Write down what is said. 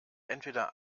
entweder